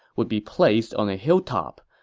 would be placed on a hilltop.